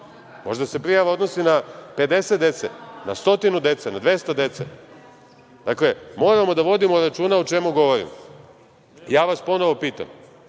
Možda se prijava odnosi na 50 dece, na 100 dece, na 200 dece. Dakle, moramo da vodimo računa o čemu govorimo. Ja vas ponovo pitam